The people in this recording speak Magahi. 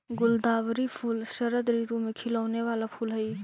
गुलदावरी फूल शरद ऋतु में खिलौने वाला फूल हई